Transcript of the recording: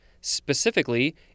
Specifically